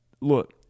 look